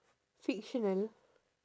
fictional